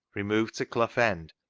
removed to clough end,